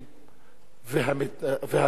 וההתנחלויות